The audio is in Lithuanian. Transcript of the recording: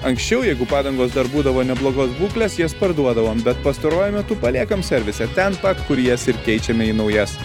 anksčiau jeigu padangos dar būdavo neblogos būklės jas parduodavom bet pastaruoju metu paliekam servise ten pat kur jas ir keičiame į naujas